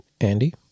Andy